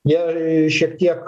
jie šiek tiek